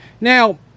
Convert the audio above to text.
Now